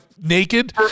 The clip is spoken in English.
naked